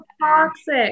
toxic